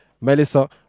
Melissa